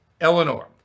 Eleanor